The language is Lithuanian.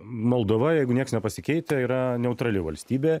moldova jeigu nieks nepasikeitę yra neutrali valstybė